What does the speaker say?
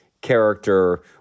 character